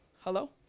hello